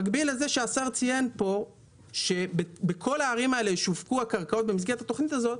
השר ציין פה שבכל הערים האלה ישווקו הקרקעות במסגרת התוכנית הזו.